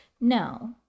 No